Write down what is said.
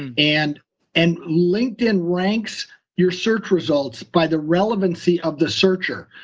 and and and linkedin ranks your search results by the relevancy of the searcher.